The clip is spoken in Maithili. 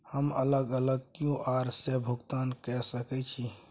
हम अलग अलग क्यू.आर से भुगतान कय सके छि?